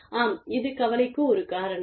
ஆம் இது கவலைக்கு ஒரு காரணம்